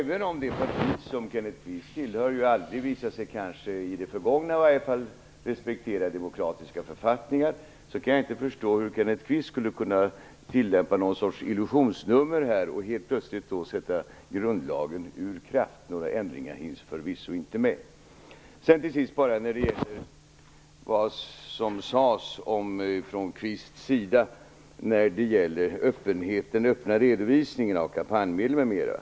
Även om det parti som Kenneth Kvist tillhör åtminstone i det förgångna aldrig har visat sig respektera demokratiska författningar, kan jag inte förstå hur Kenneth Kvist skulle kunna utföra något slags illusionsnummer och helt plötsligt sätta grundlagen ur spel, några ändringar hinns förvisso inte med. Kenneth Kvist talade om en öppen redovisning av kampanjmedel m.m.